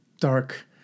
Dark